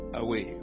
away